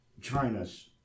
China's